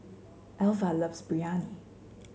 Alva loves Biryani